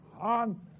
on